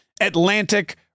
Atlantic